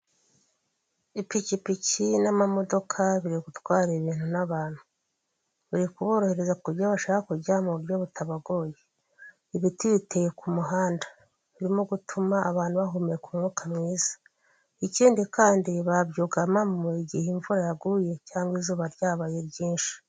Ipikipiki n'amamodoka biri gutwara ibintu n'abantu biri kuborohereza ku kujya bashaka kujya mu buryo butabagoye, ibiti biteye ku muhanda birimo gutuma abantu bahumeka umwuka mwiza, ikindi kandi babyugamamo igihe imvura yaguye cyangwa izuba ryabaye ryinshi.